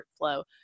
workflow